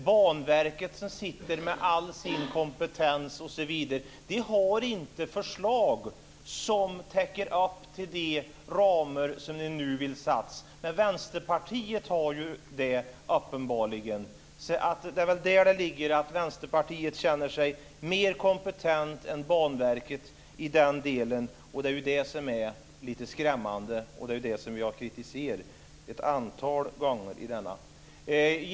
Banverket som sitter med all sin kompetens osv. har inte något förslag som täcker upp till de ramar som man nu vill satsa på, men Vänsterpartiet har det uppenbarligen. Det är väl där det ligger, att Vänsterpartiet känner sig mera kompetent än Banverket i den delen. Det är det som är lite skrämmande, och det är det som jag har kritiserat ett antal gånger i denna kammare.